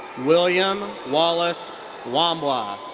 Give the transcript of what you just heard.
william wallace wambwa.